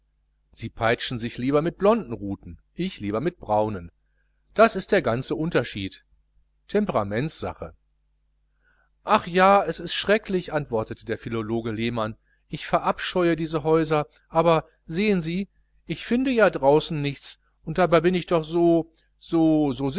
sie peitschen sich lieber mit blonden ruten ich lieber mit braunen das ist der ganze unterschied temperamentssache ach ja es ist schrecklich antwortete der philologe lehmann ich verabscheue diese häuser aber sehen sie ich finde ja draußen nichts und dabei bin ich doch so so